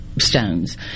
Stones